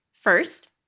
first